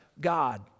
God